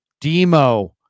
Demo